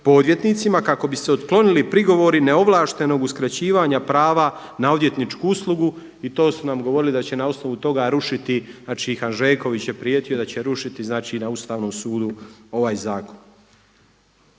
po odvjetnicima kako bi se otklonili prigovori neovlaštenog uskraćivanja prava na odvjetničku uslugu i to su nam govorili da će na osnovu toga rušiti Hanžeković je prijetio da će rušiti na Ustavnom sudu ovaj zakon.